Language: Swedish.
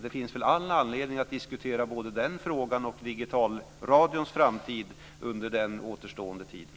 Det finns väl all anledning att diskutera både den frågan och digitalradions framtid under den återstående tiden.